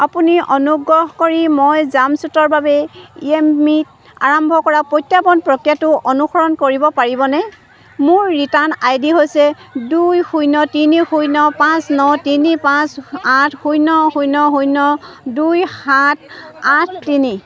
আপুনি অনুগ্ৰহ কৰি মই জাম্পছুটৰ বাবে য়েপমিত আৰম্ভ কৰা প্ৰত্যৰ্পণ প্ৰক্ৰিয়াটো অনুসৰণ কৰিব পাৰিবনে মোৰ ৰিটাৰ্ণ আই ডি হৈছে দুই শূন্য তিনি শূন্য পাঁচ ন তিনি পাঁচ আঠ শূন্য শূন্য শূন্য দুই সাত আঠ তিনি